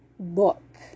book